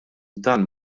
dan